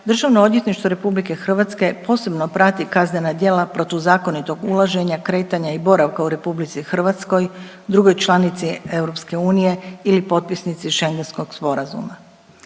međunarodnih organizacija DORH posebno prati kaznena djela protuzakonitog ulaženja, kretanja i boravka u RH drugoj članici EU ili potpisnici Schengenskog sporazuma.